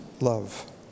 love